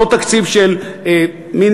לא תקציב של מין